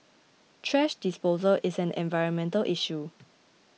thrash disposal is an environmental issue